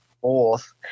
fourth